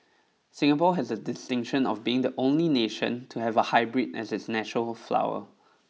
Singapore has the distinction of being the only nation to have a hybrid as its national flower